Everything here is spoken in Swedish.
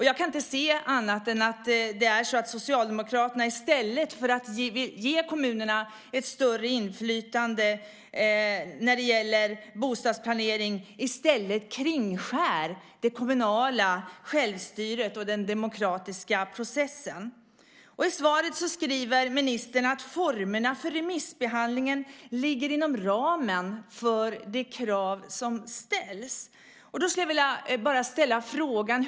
Jag kan inte se annat än att Socialdemokraterna i stället för att ge kommunerna ett större inflytande över bostadsplanering kringskär det kommunala självstyret och den demokratiska processen. I svaret säger ministern att formerna för remissbehandlingen ligger inom ramen för de krav som ställs.